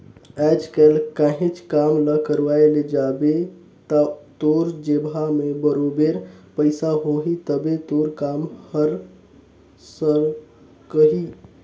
आएज काएल काहींच काम ल करवाए ले जाबे ता तोर जेबहा में बरोबेर पइसा होही तबे तोर काम हर सरकही